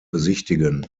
besichtigen